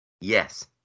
Yes